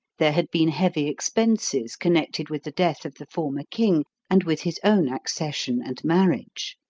there had been heavy expenses connected with the death of the former king, and with his own accession and marriage.